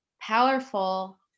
powerful